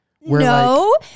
No